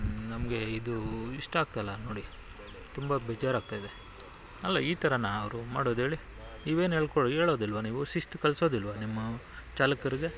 ನಮಗೆ ಇದು ಇಷ್ಟ ಆಗ್ತಾಯಿಲ್ಲ ನೋಡಿ ತುಂಬ ಬೇಜಾರಾಗ್ತಾಯಿದೆ ಅಲ್ಲ ಈ ಥರನ ಅವ್ರು ಮಾಡೋದೇಳಿ ನೀವೇನೂ ಹೇಳ್ಕೊ ಹೇಳೋದಿಲ್ವಾ ನೀವು ಶಿಸ್ತು ಕಲಿಸೋದಿಲ್ವಾ ನಿಮ್ಮ ಚಾಲಕರಿಗೆ